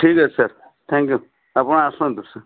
ଠିକ୍ ଅଛି sir thank you ଆପଣ ଆସନ୍ତୁ